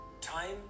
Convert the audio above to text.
Time